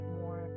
more